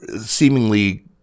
seemingly